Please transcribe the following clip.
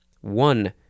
one